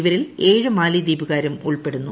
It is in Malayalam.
ഇവരിൽ ഏഴ് മാലിദ്വീപുകാരും ഉൾപ്പെടുന്നു